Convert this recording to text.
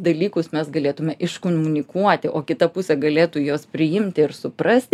dalykus mes galėtume iškomunikuoti o kita pusė galėtų juos priimti ir suprasti